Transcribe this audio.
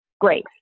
Great